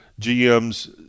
gm's